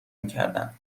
میکردن